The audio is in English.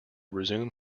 resume